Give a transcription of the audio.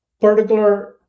particular